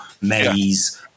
Maze